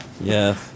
Yes